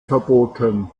verboten